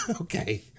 Okay